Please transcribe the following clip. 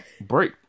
break